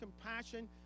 compassion